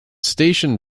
station